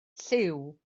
llyw